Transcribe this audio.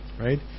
right